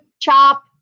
CHOP